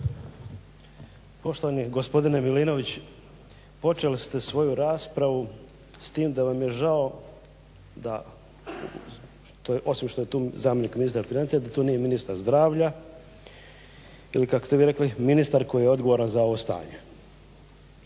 Poštovani gospodine Milinović, počeli ste svoju raspravu s tim da vam je žao da to osim što je tu zamjenik ministra financija da tu nije ministar zdravlja ili kako ste vi rekli ministar koji je odgovoran za ovo stanje.